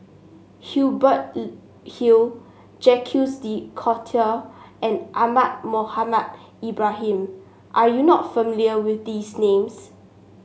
Hubert Hill Jacques De Coutre and Ahmad Mohamed Ibrahim are you not familiar with these names